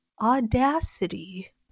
Audacity